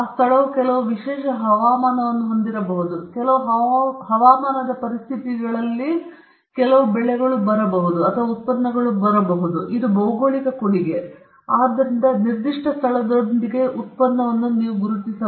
ಆ ಸ್ಥಳವು ಕೆಲವು ವಿಶೇಷ ಹವಾಮಾನವನ್ನು ಹೊಂದಿರಬಹುದು ಅಥವಾ ಕೆಲವು ಹವಾಮಾನದ ಪರಿಸ್ಥಿತಿಗಳನ್ನು ಹೊಂದಿರಬಹುದು ಅದು ಉತ್ಪನ್ನವನ್ನು ಅಥವಾ ಕೊಡುಗೆಗಳನ್ನು ನೀಡುತ್ತದೆ ಭೌಗೋಳಿಕ ಕೊಡುಗೆ ಉತ್ಪನ್ನಕ್ಕೆ ಆದ್ದರಿಂದ ನೀವು ನಿರ್ದಿಷ್ಟ ಸ್ಥಳದೊಂದಿಗೆ ಉತ್ಪನ್ನವನ್ನು ಗುರುತಿಸಿ